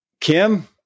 Kim